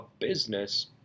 business